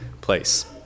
place